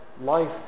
life